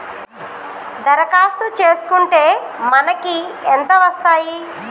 దరఖాస్తు చేస్కుంటే మనకి ఎంత వస్తాయి?